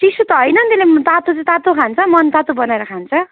चिसो त होइन त्यसले तातो चाहिँ तातो खान्छ मनतातो बनाएर खान्छ